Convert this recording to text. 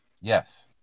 Yes